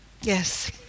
Yes